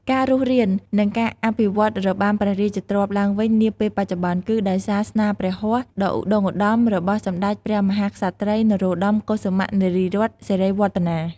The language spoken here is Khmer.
ការរស់រាន និងការអភិវឌ្ឍន៍របាំព្រះរាជទ្រព្យឡើងវិញនាពេលបច្ចុប្បន្ន គឺដោយសារស្នាព្រះហស្តដ៏ឧត្ដុង្គឧត្ដមរបស់ សម្ដេចព្រះមហាក្សត្រី នរោត្តម កុសុមៈ នារីរ័ត្ន សិរីវឌ្ឍនា។